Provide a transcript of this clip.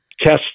test